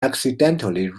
accidentally